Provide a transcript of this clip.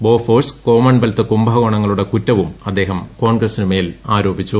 Bofors Commonwealth കുംഭകോണ്ട്ട്ളുട്ടെ കുറ്റവും അദ്ദേഹം കോൺഗ്രസിനു മേൽ ആരോപിച്ചു